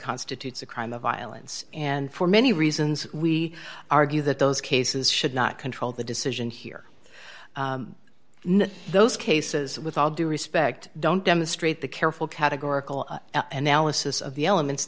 constitutes a crime of violence and for many reasons we argue that those cases should not control the decision here those cases with all due respect don't demonstrate the careful categorical analysis of the elements